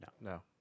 No